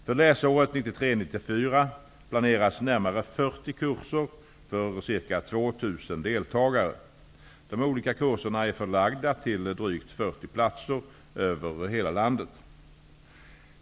För läsåret 1993/94 planeras närmare 40 kurser för ca 2 000 deltagare. De olika kurserna är förlagda till drygt 40 platser över hela landet.